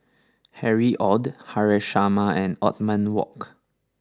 Harry Ord Haresh Sharma and Othman Wok